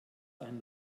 ein